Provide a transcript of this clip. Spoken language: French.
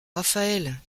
raphaëlle